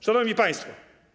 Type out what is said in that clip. Szanowni Państwo!